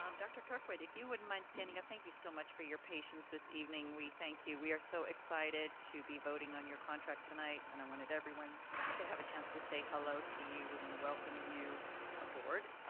um dr. kirkwood if you wouldn't mind standing up, thank you so much for your patience this evening. we thank you, we are so excited to be voting on your contract tonight. and i wanted everyone to have a chance to say hello to you. we want to welcome you aboard.